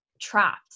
trapped